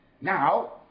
now